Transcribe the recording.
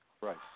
right